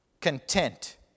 content